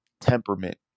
temperament